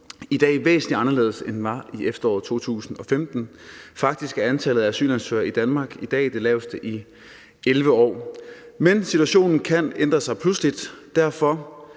i dag væsentlig anderledes, end den var i efteråret 2015. Faktisk er antallet af asylansøgere i Danmark i dag det laveste i 11 år. Men situationen kan ændre sig pludseligt, og derfor